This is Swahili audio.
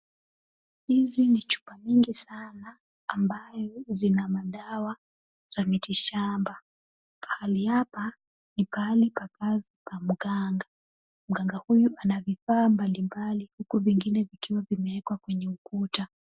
Hizi ni chupa nyingi sana ambayo zina madawa za miti shamba, mahali hapa ni pahali pa kazi pa mganga. Mganga huyu ana vifaa mbalimbali huku vingine vikiwa vimewekwa kwenye ukuta.